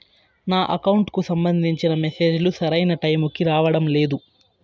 నా అకౌంట్ కు సంబంధించిన మెసేజ్ లు సరైన టైము కి రావడం లేదు